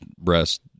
breast